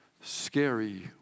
scary